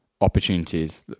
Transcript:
opportunities